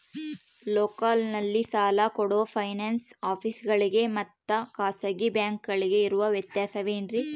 ಲೋಕಲ್ನಲ್ಲಿ ಸಾಲ ಕೊಡೋ ಫೈನಾನ್ಸ್ ಆಫೇಸುಗಳಿಗೆ ಮತ್ತಾ ಖಾಸಗಿ ಬ್ಯಾಂಕುಗಳಿಗೆ ಇರೋ ವ್ಯತ್ಯಾಸವೇನ್ರಿ?